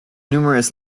numerous